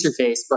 interface